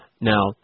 Now